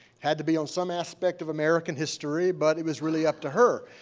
had to be on some aspect of american history, but it was really up to her.